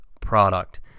product